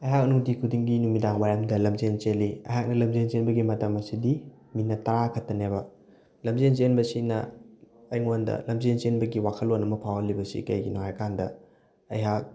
ꯑꯩꯍꯥꯛ ꯅꯨꯡꯇꯤ ꯈꯨꯗꯤꯡꯒꯤ ꯅꯨꯃꯤꯗꯥꯡꯋꯥꯏꯔꯝꯗ ꯂꯝꯖꯦꯜ ꯆꯦꯜꯂꯤ ꯑꯩꯍꯥꯛꯅ ꯂꯝꯖꯦꯜ ꯆꯦꯟꯕꯒꯤ ꯃꯇꯝ ꯑꯁꯤꯗꯤ ꯃꯤꯅꯠ ꯇꯔꯥ ꯈꯛꯇꯅꯦꯕ ꯂꯝꯖꯦꯜ ꯆꯦꯟꯕꯁꯤꯅ ꯑꯩꯉꯣꯟꯗ ꯂꯝꯖꯦꯜ ꯆꯦꯟꯕꯒꯤ ꯋꯥꯈꯜꯂꯣꯟ ꯑꯃ ꯐꯥꯎꯍꯜꯂꯤꯕꯁꯤ ꯀꯩꯒꯤꯅꯣ ꯍꯥꯏꯔꯀꯥꯟꯗ ꯑꯩꯍꯥꯛ